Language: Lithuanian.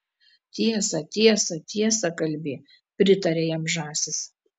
tiesą tiesą tiesą kalbi pritarė jam žąsys